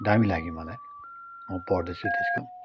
दामी लाग्यो मलाई म पढ्दैछु त्यसको